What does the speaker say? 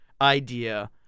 idea